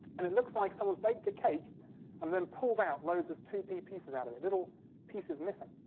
and it looks like someone's baked a cake and then pulled out loads of two p pieces out of it, little pieces missing.